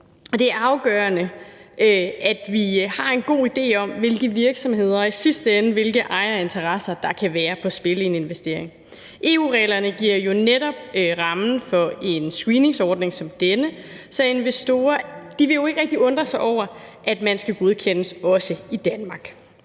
det er afgørende, at vi har en god idé om, hvilke virksomheder og i sidste ende hvilke ejerinteresser der kan være på spil i en investering. EU-reglerne giver jo netop rammen for en screeningsordning som denne, så investorer ikke rigtig vil undre sig over, at man også skal godkendes i Danmark.